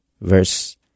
verse